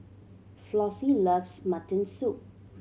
Flossie loves mutton soup